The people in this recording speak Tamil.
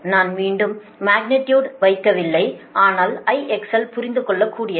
நான் மீண்டும் மக்னிடியுடுடை வைக்கவில்லை ஆனால் IXL புரிந்து கொள்ளக்கூடியது